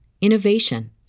innovation